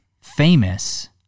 famous